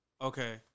Okay